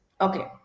Okay